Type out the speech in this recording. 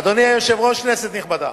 אדוני היושב-ראש, כנסת נכבדה,